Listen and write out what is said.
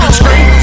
scream